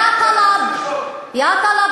יא טלב, יא טלב,